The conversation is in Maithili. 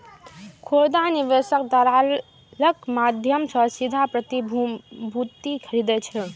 खुदरा निवेशक दलालक माध्यम सं सीधे प्रतिभूति खरीदै छै